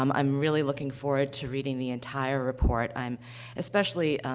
um i'm really looking forward to reading the entire report i'm especially,